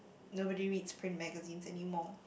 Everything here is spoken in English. nobody reads print magazines anymore